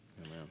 Amen